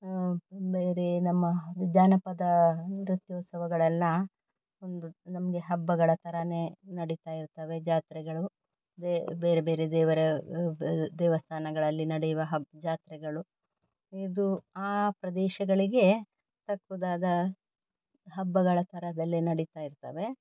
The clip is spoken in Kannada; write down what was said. ಬೇರೆ ನಮ್ಮ ಜಾನಪದ ನೃತ್ಯೋತ್ಸವಗಳೆಲ್ಲಾ ಒಂದು ನಮಗೆ ಹಬ್ಬಗಳ ಥರವೇ ನಡಿತಾಯಿರ್ತವೆ ಜಾತ್ರೆಗಳು ಬ್ಯೆ ಬೇರೆ ಬೇರೆ ದೇವರ ದೇವಸ್ಥಾನಗಳಲ್ಲಿ ನಡೆಯುವ ಹಬ್ಬ ಜಾತ್ರೆಗಳು ಇದು ಆ ಪ್ರದೇಶಗಳಿಗೆ ತಕ್ಕುದಾದ ಹಬ್ಬಗಳ ಥರದಲ್ಲೆ ನಡಿತಾಯಿರ್ತವೆ